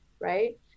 right